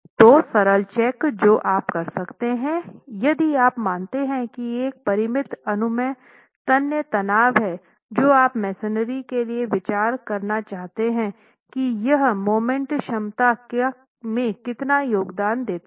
तो सरल चेक जो आप कर सकते हैं यदि आप मानते हैं कि एक परिमित अनुमन्य तन्य तनाव हैं जो आप मेसनरी के लिए विचार करना चाहते हैं कि यह मोमेंट क्षमता में कितना योगदान देता है